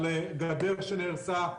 על גדר שנהרסה,